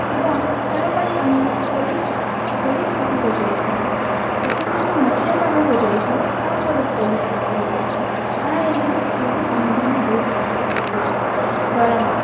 ଏବଂ ତାହା ପାଇଁ ଆମେ ପୋଲିସ ପୋଲିସ ପାଖକୁ ଯାଇଥାଉ ପ୍ରଥମେତଃ ମୁଖିଆ ପାଖକୁ ଯାଇଥାଉ ତା'ପରେ ପୋଲିସ ପାଖରେ ଯାଇଥାଉଁ ତା'ହେଲେ ସବୁ ସମାଧାନ ହୋଇଥାଇପାରେ ଦରମା